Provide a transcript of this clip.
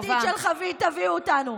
עד לאיזו תחתית של חבית תביאו אותנו?